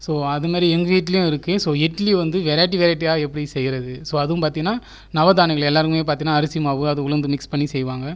so அது மாதிரி எங்கள் வீட்லேயும் இருக்குது ஸோ இட்லி வந்து வெரைட்டி வெரைட்டியாக எப்படி செய்கிறது ஸோ அதுவும் பார்த்தீங்கன்னா நவதானியங்கள் எல்லாமே பார்த்தீங்கன்னா அரிசி மாவு உளுந்து மிக்ஸ் பண்ணி செய்வாங்க